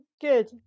Good